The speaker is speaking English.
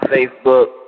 Facebook